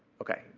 ok.